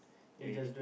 maybe